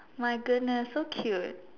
my goodness so cute